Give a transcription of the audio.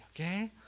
okay